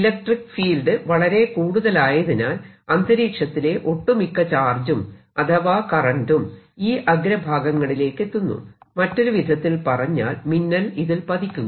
electric field വളരെ കൂടുതലായതിനാൽ അന്തരീക്ഷത്തിലെ ഒട്ടു മിക്ക ചാർജും അഥവാ കറന്റും ഈ അഗ്രഭാഗങ്ങളിലേക്കെത്തുന്നു മറ്റൊരു വിധത്തിൽ പറഞ്ഞാൽ മിന്നൽ ഇതിൽ പതിക്കുന്നു